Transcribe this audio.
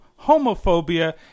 homophobia